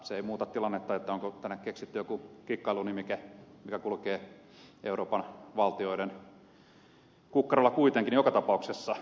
se ei muuta tilannetta onko tänne keksitty joku kikkailunimike mikä kulkee euroopan valtioiden kukkarolla kuitenkin joka tapauksessa